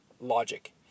logic